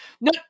No